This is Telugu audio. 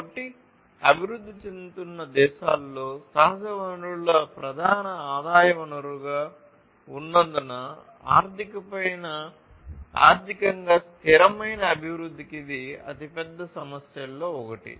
కాబట్టి అభివృద్ధి చెందుతున్న దేశాలలో సహజ వనరులు ప్రధాన ఆదాయ వనరుగా ఉన్నందున ఆర్థికంగా స్థిరమైన అభివృద్ధికి ఇది అతిపెద్ద సమస్యలలో ఒకటి